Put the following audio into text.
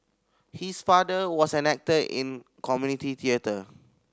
his father was an actor in community theatre